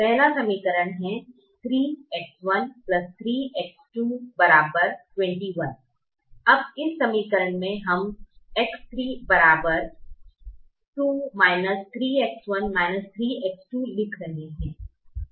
पहला समीकरण है 3X13X2 21 अब इस समीकरण से हम X3 2 3X1 3X2 लिख रहे हैं